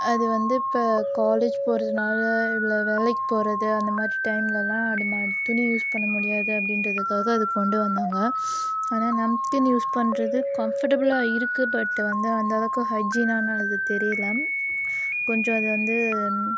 அது வந்து இப்போ காலேஜ் போகிறதுனால இல்லை வேலைக்கு போகிறது அந்த மாதிரி டைமுலலாம் அதுமாதிரி துணி யூஸ் பண்ண முடியாது அப்படின்றதுக்காக அது கொண்டு வந்தாங்க ஆனால் நப்கின் யூஸ் பண்ணுறது கம்ஃபர்ட்டபிளாக இருக்கு பட்டு வந்து அந்த அளவுக்கு ஹைஜினாக ஆனது தெரியிலை கொஞ்சம் அது வந்து